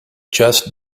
just